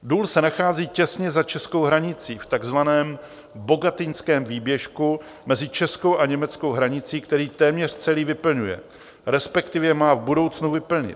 Důl se nachází těsně za českou hranicí v takzvaném Bogatyňském výběžku mezi českou a německou hranicí, který téměř celý vyplňuje, respektive má v budoucnu vyplnit.